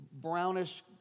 brownish